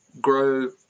grow